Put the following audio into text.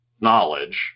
knowledge